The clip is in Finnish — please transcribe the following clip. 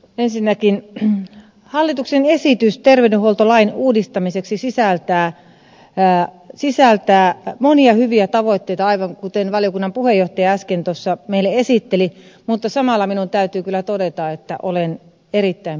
ensinnäkin hallituksen esitys terveydenhuoltolain uudistamiseksi sisältää monia hyviä tavoitteita aivan kuten valiokunnan puheenjohtaja äsken meille esitteli mutta samalla minun täytyy kyllä todeta että olen erittäin pettynyt